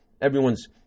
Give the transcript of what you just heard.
everyone's